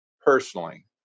personally